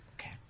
Okay